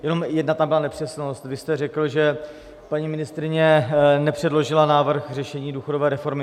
Jenom jedna nepřesnost tam byla: vy jste řekl, že paní ministryně nepředložila návrh řešení důchodové reformy.